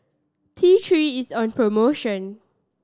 T Three is on promotion